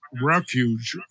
refuge